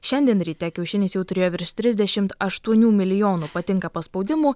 šiandien ryte kiaušinis jau turėjo virš trisdešimt aštuonių milijonų patinka paspaudimų